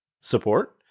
support